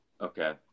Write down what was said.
Okay